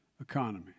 economy